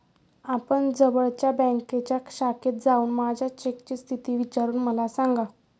आपण जवळच्या बँकेच्या शाखेत जाऊन माझ्या चेकची स्थिती विचारून मला सांगा